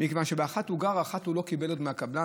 מכיוון שבאחת הוא גר ואחת הוא עוד לא קיבל מהקבלן,